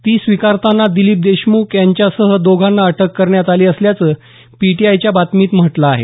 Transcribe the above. ती स्वीकारताना दिलीप देशमुख यांच्यासह दोघांना अटक करण्यात आली असल्याचं पीटीआय च्या बातमीत म्हटलं आहे